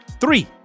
Three